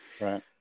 Right